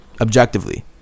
objectively